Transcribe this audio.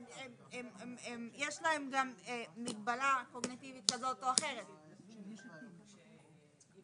גם שם יש לנו ויכוח האם כן תהיה תקינה בחוק או לא.